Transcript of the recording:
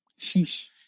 Sheesh